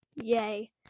Yay